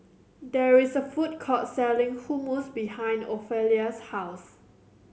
there is a food court selling Hummus behind Ofelia's house